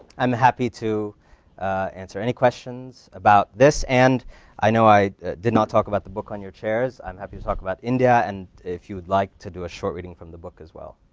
and happy to answer any questions about this and i know i did not talk about the book on your chairs. i'm happy to talk about india and if you would like, to do a short reading from the book as well.